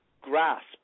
grasp